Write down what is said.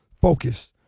focus